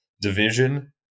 division